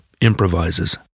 improvises